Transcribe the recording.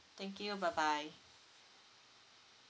thank you bye bye